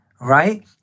right